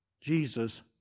Jesus